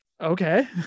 Okay